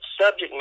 subject